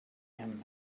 him